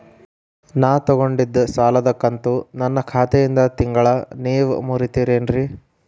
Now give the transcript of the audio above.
ನಾ ತೊಗೊಂಡಿದ್ದ ಸಾಲದ ಕಂತು ನನ್ನ ಖಾತೆಯಿಂದ ತಿಂಗಳಾ ನೇವ್ ಮುರೇತೇರೇನ್ರೇ?